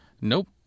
Nope